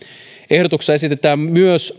ehdotuksessa esitetään muutettavaksi myös